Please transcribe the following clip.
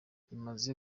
imaze